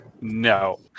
No